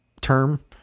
term